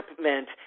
meant –